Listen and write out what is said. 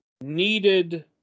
needed